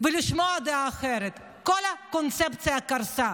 לשמוע דעה אחרת: כל הקונספציה קרסה.